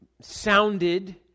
sounded